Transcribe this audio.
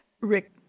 Rick